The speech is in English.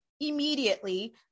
immediately